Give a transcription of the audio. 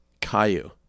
Caillou